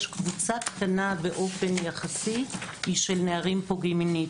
קבוצה קטנה יחסית של נערים פוגעים מינית.